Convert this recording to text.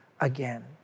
again